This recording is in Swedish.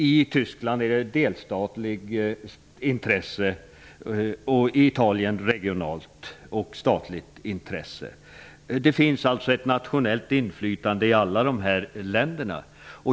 I Tyskland är det delstatligt intresse och i Italien regionalt och statligt intresse. Det finns alltså ett nationellt inflytande i alla dessa länder.